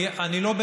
אתה תבהיר,